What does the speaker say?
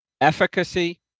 efficacy